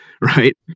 right